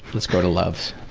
let's go to loves.